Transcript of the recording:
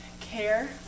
care